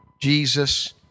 Jesus